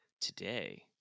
today